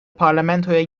parlamentoya